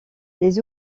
les